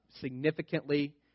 significantly